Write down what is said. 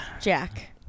Jack